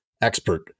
expert